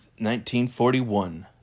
1941